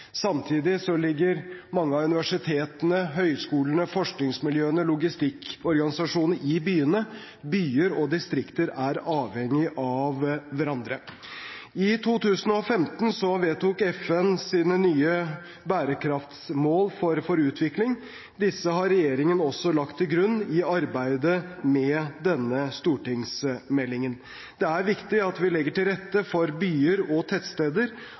Samtidig ligger mange av universitetene, høyskolene, forskningsmiljøene og logistikkorganisasjonene i byene. Byer og distrikter er avhengig av hverandre. I 2015 vedtok FN sine nye bærekraftsmål for utvikling. Disse har regjeringen også lagt til grunn i arbeidet med denne stortingsmeldingen. Det er viktig at vi legger til rette for byer og tettsteder,